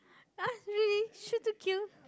!huh! really shoot to kill